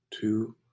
two